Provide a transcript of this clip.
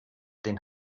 den